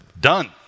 done